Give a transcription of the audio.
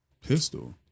pistol